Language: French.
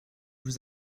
vous